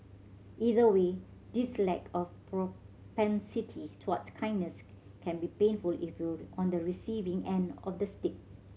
either way this lack of propensity towards kindness can be painful if you're on the receiving end of the stick